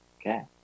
Okay